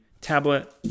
tablet